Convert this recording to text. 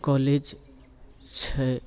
college छै